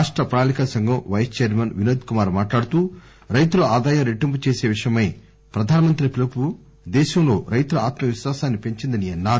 రాష్ట ప్రణాళికా సంఘం వైస్ చైర్మన్ వినోద్ కుమార్ మాట్లాడుతూ రైతుల ఆదాయం రెట్టింపు చేసే విషయమై ప్రధాన మంత్రి పిలుపు దేశంలో రైతుల ఆత్మ విశ్వాశాన్ని పెంచిందని అన్నా రు